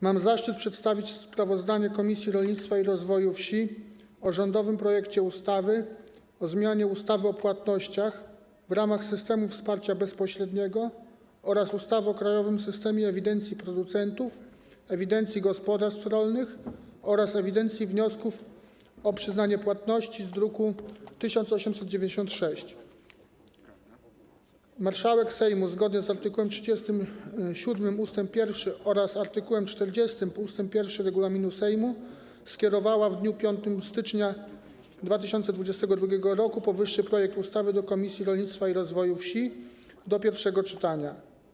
Mam zaszczyt przedstawić sprawozdanie Komisji Rolnictwa i Rozwoju Wsi o rządowym projekcie ustawy o zmianie ustawy o płatnościach w ramach systemów wsparcia bezpośredniego oraz ustawy o krajowym systemie ewidencji producentów, ewidencji gospodarstw rolnych oraz ewidencji wniosków o przyznanie płatności z druku nr 1896. Marszałek Sejmu, zgodnie z art. 37 ust. 1 oraz art. 40 ust. 1 regulaminu Sejmu, w dniu 5 stycznia 2022 r. skierowała powyższy projekt ustawy do Komisji Rolnictwa i Rozwoju Wsi do pierwszego czytania.